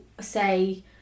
say